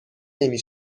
نمی